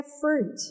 fruit